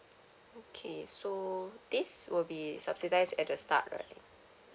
okay so this will be subsidize at the start right